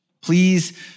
Please